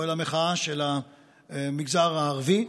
אוהל המחאה של המגזר הערבי,